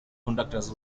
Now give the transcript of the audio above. conductors